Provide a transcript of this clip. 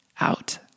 out